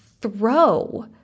throw